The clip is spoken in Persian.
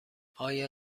آیا